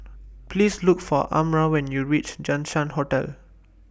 Please Look For Amara when YOU REACH Jinshan Hotel